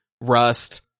Rust